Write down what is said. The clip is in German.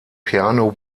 piano